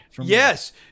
yes